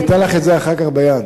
אני אתן לך אחר כך ביד.